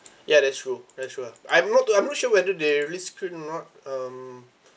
ya that's true ya sure I'm not too I'm not sure whether they really screened or not um